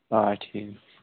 آ ٹھیٖک